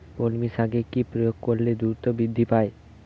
কলমি শাকে কি প্রয়োগ করলে দ্রুত বৃদ্ধি পায়?